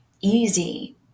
easy